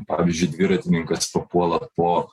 pavyzdžiui dviratininkas papuola po